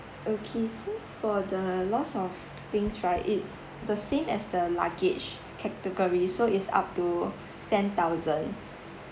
okay so for the lost of things right it's the same as the luggage category so it's up to ten thousand